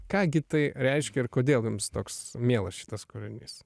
ką gi tai reiškia ir kodėl jums toks mielas šitas kūrinys